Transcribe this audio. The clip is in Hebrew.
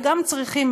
וגם צריכים,